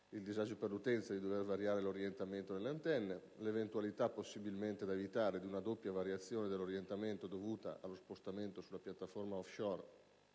il disagio per l'utenza di dover variare l'orientamento delle antenne; l'eventualità, possibilmente da evitare, di una doppia variazione dell'orientamento, dovuta allo spostamento sulla piattaforma *offshore*